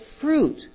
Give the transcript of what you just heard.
fruit